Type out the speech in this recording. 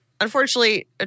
Unfortunately